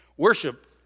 Worship